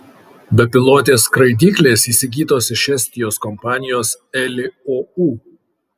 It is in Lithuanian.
bepilotės skraidyklės įsigytos iš estijos kompanijos eli ou